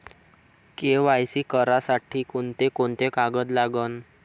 KYC करासाठी कोंते कोंते कागद लागन?